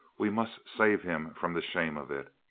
we must save him from the shame of it.